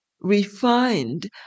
refined